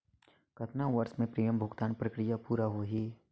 कतना वर्ष मे प्रीमियम भुगतान प्रक्रिया पूरा होही?